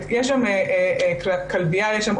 גברתי יושבת-הראש.